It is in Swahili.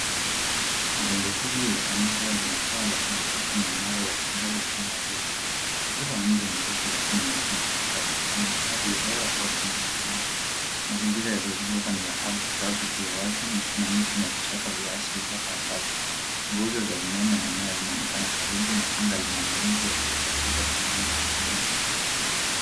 Jengo hili la kanisa lina paa la pembe tatu na mnara wa kengele upande wa mbele. Ukuta wa mbele ni mweupe lakini unaonekana kuchakaa kutokana na hali ya hewa au umri wa mjengo. Mazingira yaliyozunguka ni ya ardhi kavu iliyo na kuna miti na vichaka vya asili hapa na pale, pia kuna nguzo za umeme na nyaya zinaoenekana karibu na anga lina mawingu yaliyopasuka kwa mwanga wa jioni.